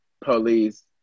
police